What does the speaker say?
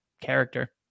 character